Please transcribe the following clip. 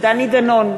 דני דנון,